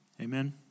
Amen